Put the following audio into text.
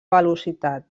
velocitat